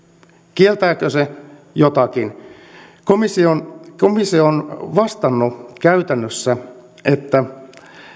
kieltääkö se jotakin komissio on vastannut käytännössä että